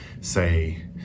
say